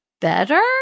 better